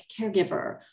caregiver